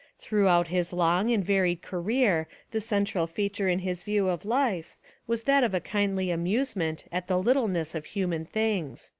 throughout his long and varied career the central feature in his view of life was that of a kindly amusement at the little ness of human things.